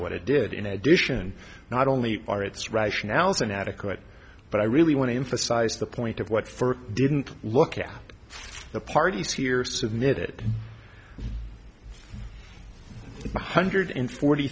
what it did in addition not only are its rationales inadequate but i really want to emphasize the point of what for didn't look at the parties here submitted one hundred forty